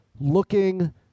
looking